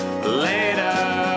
Later